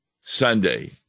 Sunday